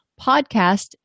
podcast